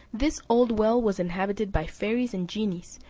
this old well was inhabited by fairies and genies,